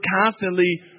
constantly